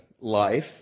life